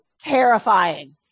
terrifying